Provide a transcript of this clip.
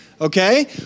Okay